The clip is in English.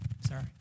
sorry